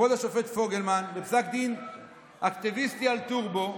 כבוד השופט פוגלמן, בפסק דין אקטיביסטי על טורבו,